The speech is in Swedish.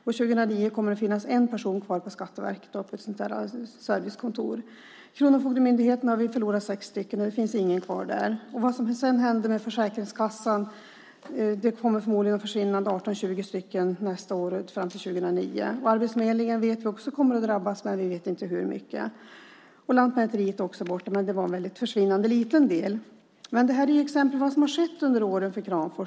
År 2009 kommer det att finnas en person kvar på Skatteverket på ett servicekontor. Kronofogdemyndigheten har förlorat 6 personer, och det finns ingen kvar där. Vad som sedan händer med Försäkringskassan vet vi inte. Förmodligen kommer 18-20 personer försvinna under nästa år fram till 2009. Vi vet också att arbetsförmedlingen kommer att drabbas, men vi vet inte hur mycket. Lantmäteriet är också borta, men det var en försvinnande liten del. Det här är exempel på vad som har skett under åren i Kramfors.